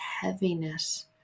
heaviness